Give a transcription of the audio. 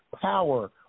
power